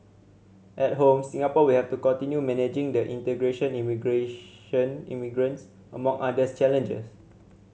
at home Singapore will have to continue managing the integration immigration immigrants among others challenges